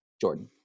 Jordan